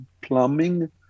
plumbing